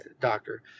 doctor